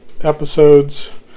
episodes